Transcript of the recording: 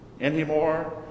anymore